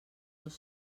dos